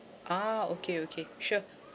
ah okay okay sure